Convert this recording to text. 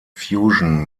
fusion